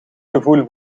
gevoel